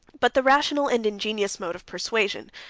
but the rational and ingenious mode of persuasion,